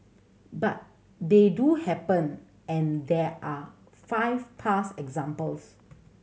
but they do happen and there are five past examples